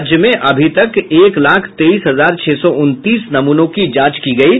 राज्य में अभी तक एक लाख तेईस हजार छह सौ उनतीस नमूनों की जांच की गयी है